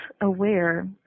aware